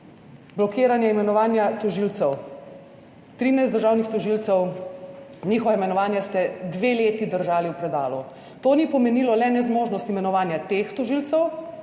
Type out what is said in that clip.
Blokiranje imenovanja tožilcev, 13 državnih tožilcev, njihova imenovanja ste dve leti držali v predalu. To ni pomenilo le nezmožnost imenovanja teh tožilcev,